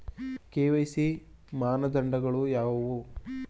KYC ಮಾನದಂಡಗಳು ಯಾವುವು?